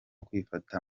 kwifata